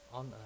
on